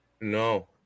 No